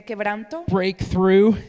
breakthrough